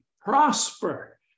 prosper